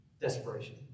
Desperation